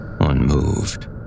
unmoved